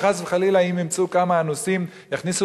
וחס וחלילה אם יימצאו כמה אנוסים יכניסו